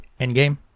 endgame